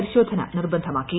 പരിശോധന നിർബന്ധമാക്കി